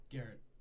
Garrett